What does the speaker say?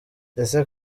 ese